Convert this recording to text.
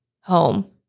home